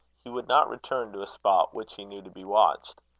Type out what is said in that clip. he would not return to a spot which he knew to be watched.